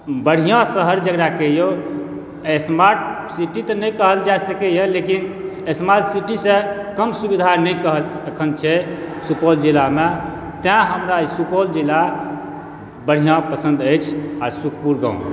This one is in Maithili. बढिआँ शहर जकरा कहिऔ स्मार्ट सिटी तऽ नहि कहल जाइ सकैए लेकिन स्मार्ट सिटीसँ कम सुविधा नहि अखन छै सुपौल जिलामे तैं हमरा ई सुपौल जिला बढिआँ पसन्द अछि आ सुखपुर गाँव